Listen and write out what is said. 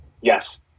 yes